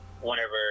whenever